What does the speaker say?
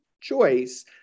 choice